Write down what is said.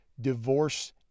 divorce